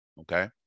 okay